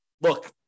Look